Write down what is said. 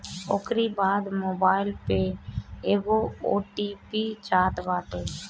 ओकरी बाद मोबाईल पे एगो ओ.टी.पी जात बाटे